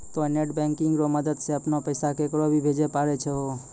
तोंय net banking रो मदद से अपनो पैसा केकरो भी भेजै पारै छहो